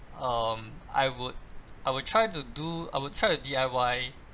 um I would I would try to do I would try to D_I_Y